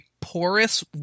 porous